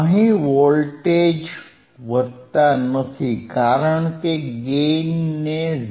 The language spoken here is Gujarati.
અહિ વોલ્ટેજ વધતા નથી કારણ કે ગેઇનને 0